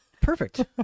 Perfect